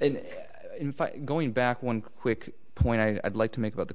it in going back one quick point i'd like to make about the